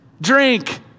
drink